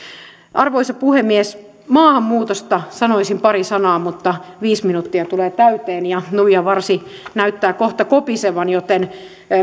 arvoisa puhemies maahanmuutosta sanoisin pari sanaa mutta viisi minuuttia tulee täyteen ja nuijanvarsi näyttää kohta kopisevan joten